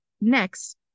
Next